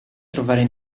trovare